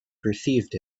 perceived